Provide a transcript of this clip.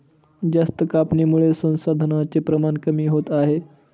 जास्त कापणीमुळे संसाधनांचे प्रमाण कमी होते